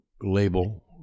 label